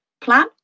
plan